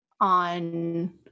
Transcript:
on